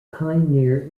pioneer